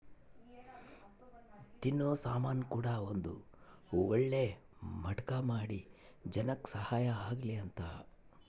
ತಿನ್ನೋ ಸಾಮನ್ ಕೂಡ ಒಂದ್ ಒಳ್ಳೆ ಮಟ್ಟಕ್ ಮಾಡಿ ಜನಕ್ ಸಹಾಯ ಆಗ್ಲಿ ಅಂತ